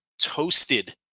toasted